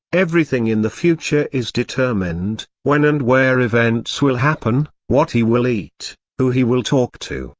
everything in the future is determined when and where events will happen, what he will eat, who he will talk to,